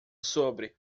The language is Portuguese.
sobre